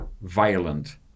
violent